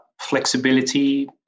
flexibility